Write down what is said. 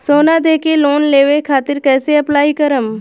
सोना देके लोन लेवे खातिर कैसे अप्लाई करम?